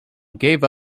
gave